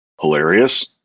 hilarious